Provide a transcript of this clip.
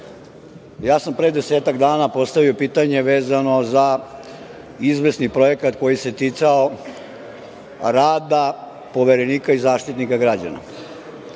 ja sam pre desetak dana postavio pitanje vezano za izvesni projekat koji se ticao rada Poverenika i Zaštitnika građana,